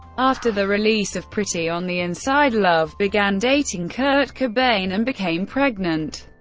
after the release of pretty on the inside, love began dating kurt cobain and became pregnant.